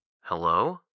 Hello